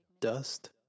Dust